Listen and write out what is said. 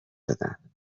دادن